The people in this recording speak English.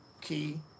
Key